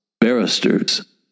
Barristers